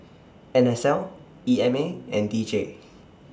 N S L E M A and D J